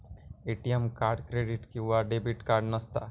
ATM card credit किंवा debit card नसता